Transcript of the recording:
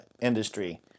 industry